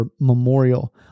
memorial